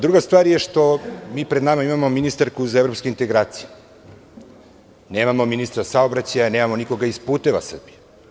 Druga stvar je što mi pred nama imamo ministarku za evropske integracije, nemamo ministra saobraćaja, nemamo nikoga iz "Puteva Srbije"